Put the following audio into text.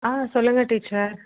on சொல்லுங்கள் teacher